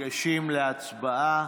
ניגשים להצבעה.